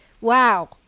wow